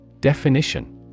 Definition